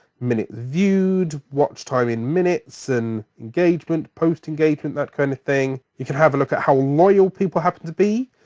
minutes viewed, watch time in minutes and engagement, post engagement, that kind of thing. you can have a look at how loyal people happen to be,